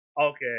Okay